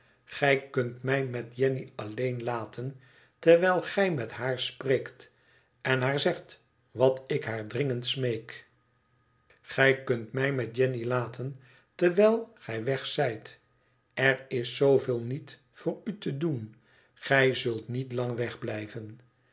gij kunt mij met jenny alleen laten terwijl gij met haar spreekt en haar zegt wat ik haar dringend smeek gij kunt mij met jenny laten tevwijl gij weg zijt er is zooveel niet voor u te doen gij zult niet lang wegblijven